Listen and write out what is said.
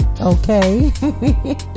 okay